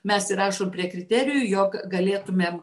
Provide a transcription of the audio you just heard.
mes įrašom prie kriterijų jog galėtumėm